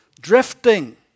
drifting